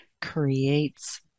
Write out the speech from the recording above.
creates